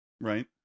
Right